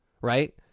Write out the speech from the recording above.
right